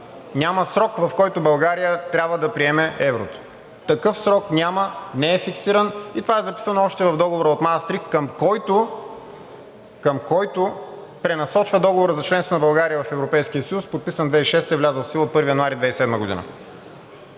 Няма срок, в който България трябва да приеме еврото! Такъв срок няма, не е фиксиран и това е записано още в Договора от Маастрихт, към който пренасочва Договорът за членство на България в Европейски съюз, подписан през 2006 г. и влязъл в сила от 1 януари 2007 г.